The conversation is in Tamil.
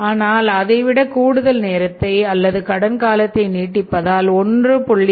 ஆனால் அதைவிட கூடுதல் நேரத்தை அல்லது கடன் காலத்தை நீட்டித்தால் 1